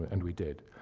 and we did.